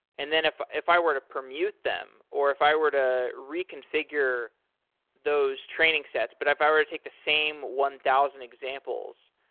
and then if if i were to permuted them or if i were to reconfigure those training sets, but if i were to take the same one thousand examples,